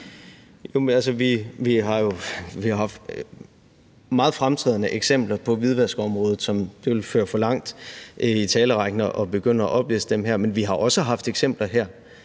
Vi har jo haft nogle meget fremtrædende eksempler på hvidvaskområdet, som det ville føre for langt i forhold til talerrækken at begynde at opliste her, men vi har også haft eksempler her,